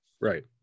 Right